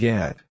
Get